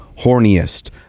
horniest